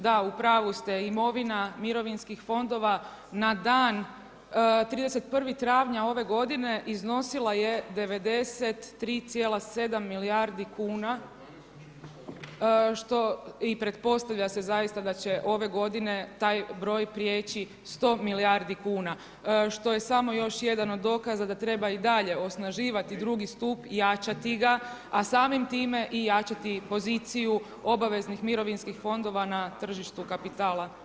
Da, u pravu ste, imovina mirovinskih fondova na dan 31. travnja ove godine iznosila je 93,7 milijardi kuna i pretpostavlja se zaista da će ove godine taj broj prijeći 100 milijardi kuna što je samo još jedan dokaza da treba i dalje osnaživati II. stup, jačati ga a samim time i jačati poziciju obaveznih mirovinskih fondova na tržištu kapitala.